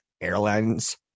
airlines